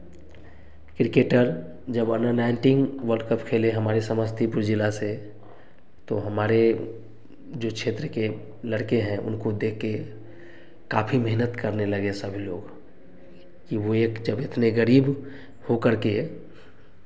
cricketer जब अनन नाइनटिंग वर्ल्ड कप खेले हमारे समस्तीपुर जिला से तो हमारे जो क्षेत्र के लड़के हैं उनको देखकर काफ़ी मेहनत करने लगे सब लोग कि वह एक जब इतने गरीब हो करके